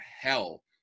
hell